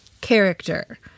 character